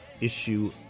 issue